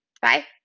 Bye